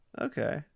Okay